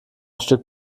stück